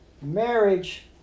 marriage